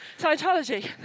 Scientology